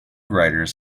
writers